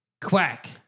Quack